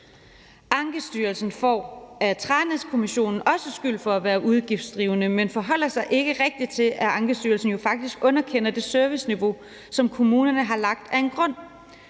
Ankestyrelsen får af Tranæsudvalget også skyld for at være udgiftsdrivende, men man forholder sig ikke rigtig til, at Ankestyrelsen jo faktisk underkender det serviceniveau, som kommunerne har lagt, af en grund.